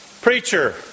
Preacher